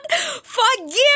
forgive